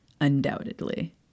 Undoubtedly